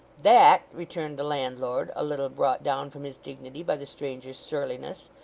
that, returned the landlord, a little brought down from his dignity by the stranger's surliness,